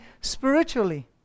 spiritually